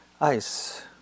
ice